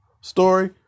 story